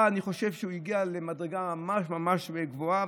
אני חושב שהוא הגיע למדרגה ממש ממש גבוהה,